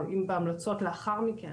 או בהמלצות לאחר מכן,